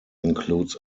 includes